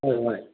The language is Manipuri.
ꯍꯣꯏ ꯍꯣꯏ